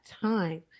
time